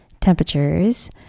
temperatures